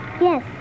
Yes